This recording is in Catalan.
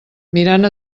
mirant